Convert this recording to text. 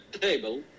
table